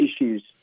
issues